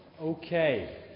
Okay